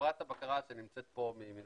חברת הבקרה שנמצאת פה מימינכם,